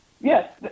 yes